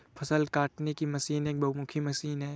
फ़सल काटने की मशीन एक बहुमुखी मशीन है